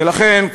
ולכן,